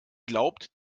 glaubt